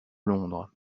londres